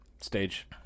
stage